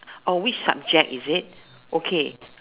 or which subject is it okay